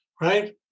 Right